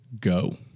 go